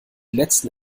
letzten